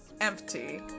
Empty